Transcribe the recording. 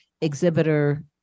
exhibitor